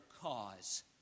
cause